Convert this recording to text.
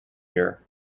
year